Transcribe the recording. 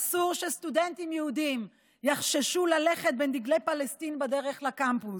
אסור שסטודנטים יהודים יחששו ללכת בין דגלי פלסטין בקמפוס.